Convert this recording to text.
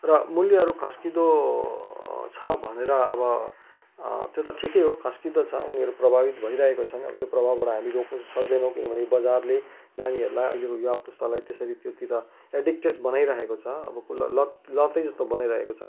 र मूल्यहरू खस्किँदो छ भनेर अब त्यो त ठिकै हो खस्किँदो छ उनीहरू प्रभावित भइरहेको छन् होइन त्यो प्रभावबाट हामी रोक्नु त सक्दैनौँ किनभने बजारले नानीहरूलाई अहिलेको युवा पुस्तालाई त्यसरी त्योतिर एडिक्टेड बनाइरहेको छ अब कुलत लत लतै जस्तो बनाइरहेको छ